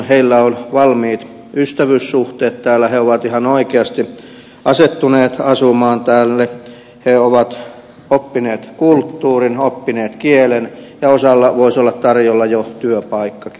heillä on valmiit ystävyyssuhteet täällä he ovat ihan oikeasti asettuneet asumaan tänne he ovat oppineet kulttuurin oppineet kielen ja osalla voisi olla tarjolla jo työpaikkakin